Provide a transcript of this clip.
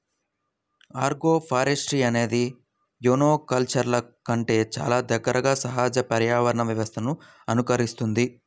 agroforestry అనేది మోనోకల్చర్ల కంటే చాలా దగ్గరగా సహజ పర్యావరణ వ్యవస్థలను అనుకరిస్తుంది